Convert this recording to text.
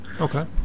okay